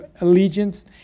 allegiance